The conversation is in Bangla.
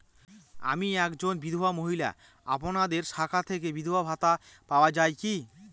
আমি একজন বিধবা মহিলা আপনাদের শাখা থেকে বিধবা ভাতা পাওয়া যায় কি?